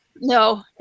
no